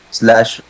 slash